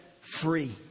free